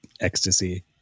ecstasy